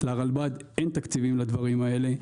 לרלב"ד אין תקציבים לדברים האלה.